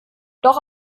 doch